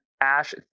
Ash